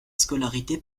scolarité